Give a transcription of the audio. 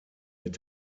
mit